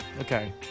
Okay